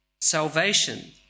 salvation